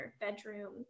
bedroom